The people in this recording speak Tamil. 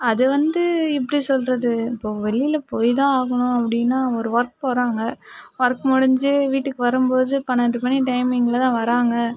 அது வந்து எப்படி சொல்வது இப்போது வெளியில் போய்த்தான் ஆகணும் அப்படின்னா ஒரு ஒர்க் போகிறாங்க ஒர்க் முடிஞ்சு வீட்டுக்கு வரும்போது பன்னெண்டு மணி டைமிங்கில் தான் வராங்க